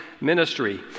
ministry